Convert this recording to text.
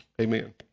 Amen